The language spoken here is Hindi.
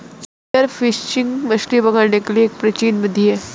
स्पीयर फिशिंग मछली पकड़ने की एक प्राचीन विधि है